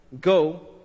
Go